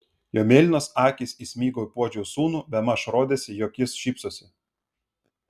jo mėlynos akys įsmigo į puodžiaus sūnų bemaž rodėsi jog jis šypsosi